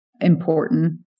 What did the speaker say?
important